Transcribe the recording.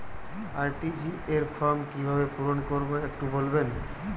RTGS form কিভাবে পূরণ করবো একটু বলবেন?